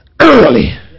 early